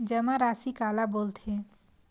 जमा राशि काला बोलथे?